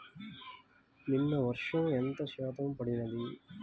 నిన్న వర్షము ఎంత శాతము పడినది?